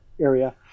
area